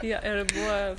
jo ir buvo